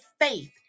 faith